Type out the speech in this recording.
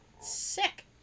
Sick